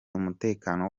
umutekano